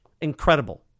Incredible